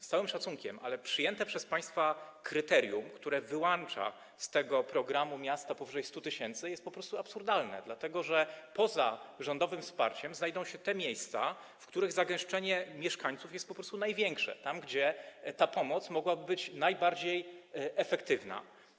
Z całym szacunkiem, ale przyjęte przez państwa kryterium, które wyłącza z tego programu miasta powyżej 100 tys., jest po prostu absurdalne, dlatego że poza rządowym wsparciem znajdą się te miejsca, w których zagęszczenie mieszkańców jest po prostu największe, tam gdzie ta pomoc mogłaby być najbardziej efektywna.